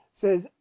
says